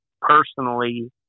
personally